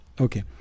okay